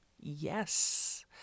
Yes